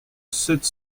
sept